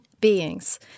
beings